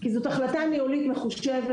זאת החלטה ניהולית מחושבת